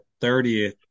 30th